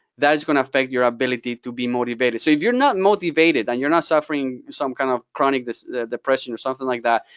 that is going to affect your ability to be motivated. so if you're not motivated, and you're not suffering some kind of chronic depression or something like that,